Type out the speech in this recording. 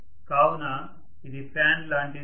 కావున ఇది ఫ్యాన్ లాంటిది